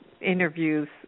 interviews